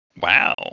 Wow